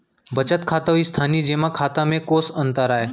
बचत खाता अऊ स्थानीय जेमा खाता में कोस अंतर आय?